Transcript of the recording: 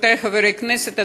רבותי חברי הכנסת,